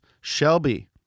Shelby